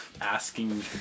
Asking